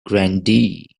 grandee